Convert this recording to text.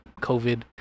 COVID